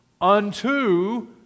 unto